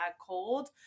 cold